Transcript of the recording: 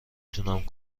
تونم